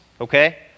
okay